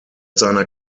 seiner